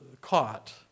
caught